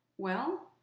well,